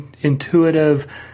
intuitive